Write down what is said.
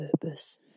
purpose –